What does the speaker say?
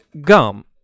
Gum